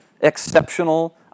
exceptional